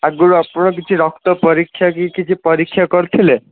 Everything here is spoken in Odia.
ଆଗରୁ ଆପଣ କିଛି ରକ୍ତ ପରୀକ୍ଷା କି କିଛି ପରୀକ୍ଷା କରିଥିଲେ